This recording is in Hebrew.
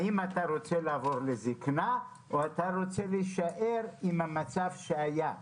האם אתה רוצה לעבור לזקנה או להישאר במצב שהיה,